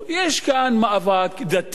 יש כאן מאבק דתי.